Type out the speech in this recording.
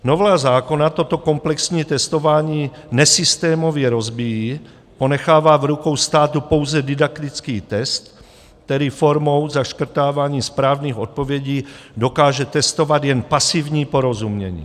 Novela zákona toto komplexní testování nesystémově rozbíjí, ponechává v rukou státu pouze didaktický test, který formou zaškrtávání správných odpovědí dokáže testovat jen pasivní porozumění.